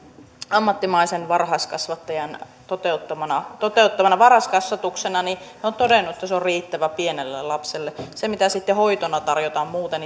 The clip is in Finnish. ammattimaisen varhaiskasvattajan toteuttamana toteuttamana varhaiskasvatuksena he ovat todenneet että se on riittävä pienelle lapselle siihen mitä sitten hoitona tarjotaan muuten